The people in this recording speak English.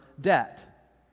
debt